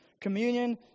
Communion